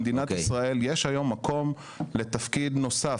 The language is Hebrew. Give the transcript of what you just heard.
במדינת ישראל יש היום מקום לתפקיד נוסף,